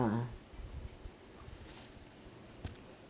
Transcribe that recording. ah